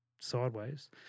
sideways